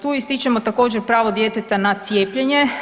Tu ističemo također pravo djeteta na cijepljenje.